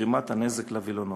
בגרימת הנזק לווילונות.